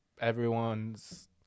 Everyone's